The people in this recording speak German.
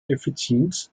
effizienz